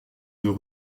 deux